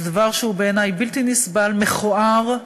זה דבר שהוא בעיני בלתי נסבל, מכוער,